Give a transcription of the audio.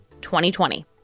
2020